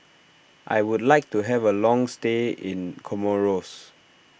I would like to have a long stay in Comoros